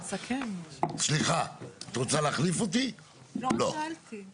אספה מהר את סמכויותיה ומהר מאוד הכניסה יזם